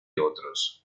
otros